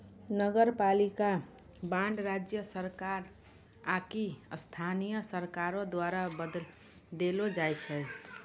नगरपालिका बांड राज्य सरकार आकि स्थानीय सरकारो द्वारा देलो जाय छै